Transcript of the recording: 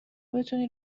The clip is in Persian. بتونی